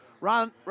Ron